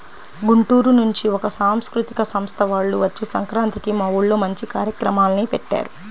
గుంటూరు నుంచి ఒక సాంస్కృతిక సంస్థ వాల్లు వచ్చి సంక్రాంతికి మా ఊర్లో మంచి కార్యక్రమాల్ని పెట్టారు